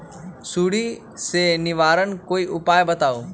सुडी से निवारक कोई उपाय बताऊँ?